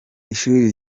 ishuri